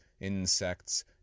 Insects